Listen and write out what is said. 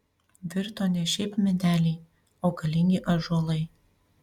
virto ne šiaip medeliai o galingi ąžuolai